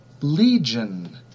Legion